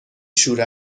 شور